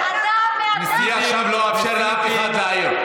גברתי, אני עכשיו לא אאפשר לאף אחד להעיר.